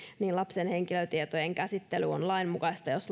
niin lapsen henkilötietojen käsittely on lainmukaista jos